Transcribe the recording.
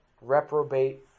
reprobate